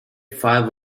five